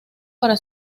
para